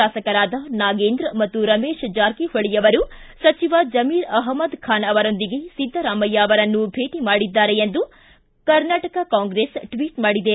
ಶಾಸಕರಾದ ನಾಗೇಂದ್ರ ಮತ್ತು ರಮೇಶ ಜಾರಕಿಹೊಳಿ ಅವರು ಸಚಿವ ಜಮೀರ್ ಅಹಮದ್ ಖಾನ್ ಅವರೊಂದಿಗೆ ಸಿದ್ದರಾಮಯ್ಯ ಅವರನ್ನು ಭೇಟ ಮಾಡಿದ್ದಾರೆ ಎಂದು ಕರ್ನಾಟಕ ಕಾಂಗ್ರೆಸ್ ಟ್ವಿಚ್ ಮಾಡಿದೆ